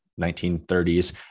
1930s